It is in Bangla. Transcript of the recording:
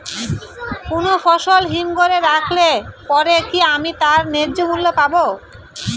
কোনো ফসল হিমঘর এ রাখলে পরে কি আমি তার ন্যায্য মূল্য পাব?